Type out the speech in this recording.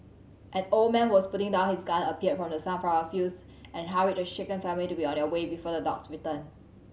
an old man who was putting down his gun appeared from the sunflower fields and hurried the shaken family to be on their way before the dogs return